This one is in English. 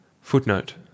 Footnote